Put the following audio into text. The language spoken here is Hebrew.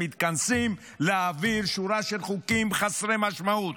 מתכנסים להעביר שורה של חוקים חסרי משמעות.